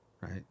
right